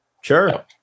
Sure